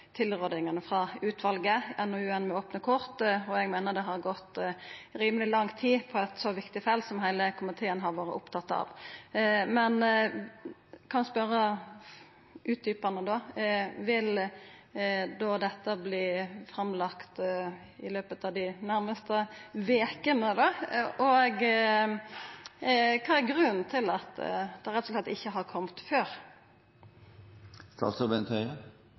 tilrådingane frå utvalet, NOU-en Med opne kort. Eg meiner det har gått rimeleg lang tid på eit så viktig felt, som heile komiteen har vore opptatt av. Kan eg spørja om han kan utdjupa: Vil dette verta lagt fram i løpet av dei nærmaste vekene? Og kva er grunnen til at det rett og slett ikkje har kome før?